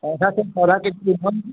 पौधे से पौधे की जो हम